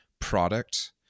product